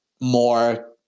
more